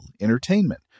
entertainment